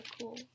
cool